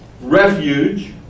refuge